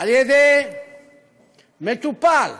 על-ידי מטופל,